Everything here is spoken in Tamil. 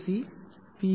C B